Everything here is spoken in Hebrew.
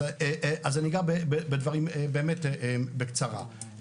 אני אגע בדברים באמת בקצרה.